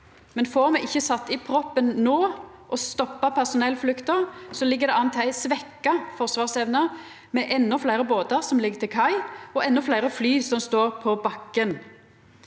men får me ikkje sett i proppen no og stoppa personellflukta, ligg det an til ei svekt forsvarsevne med endå fleire båtar som ligg til kai, og endå fleire fly som står på bakken.